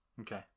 Okay